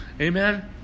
Amen